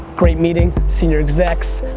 great meeting, senior execs.